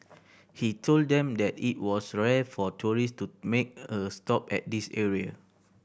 he told them that it was rare for tourist to make a stop at this area